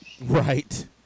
Right